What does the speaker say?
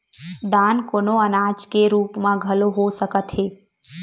दान कोनो अनाज के रुप म घलो हो सकत हे